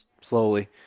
slowly